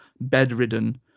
bedridden